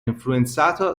influenzato